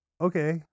okay